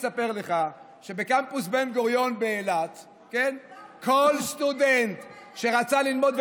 שבקמפוס בן-גוריון באילת כל סטודנט שרצה ללמוד,